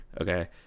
okay